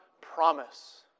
promise